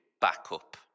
backup